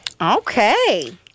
Okay